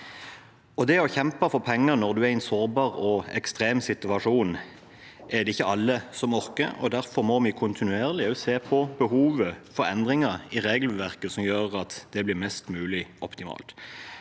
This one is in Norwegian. Det å kjempe for penger når man er i en sårbar og ekstrem situasjon, er det ikke alle som orker. Derfor må vi kontinuerlig se på behovet for endringer i regelverket som gjør at det blir mest mulig optimalt.